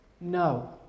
No